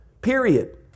Period